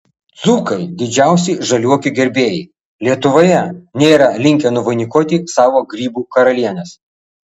dzūkai didžiausi žaliuokių gerbėjai lietuvoje nėra linkę nuvainikuoti savo grybų karalienės